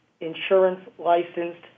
insurance-licensed